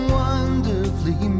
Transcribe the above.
wonderfully